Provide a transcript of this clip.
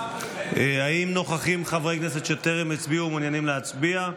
האם נוכחים חברי כנסת שטרם הצביעו ומעוניינים להצביע?